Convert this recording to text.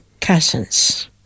cousins